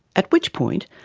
at which point,